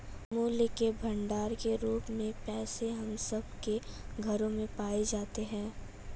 मूल्य के भंडार के रूप में पैसे हम सब के घरों में पाए जाते हैं